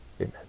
Amen